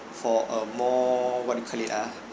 for a more what you call it ah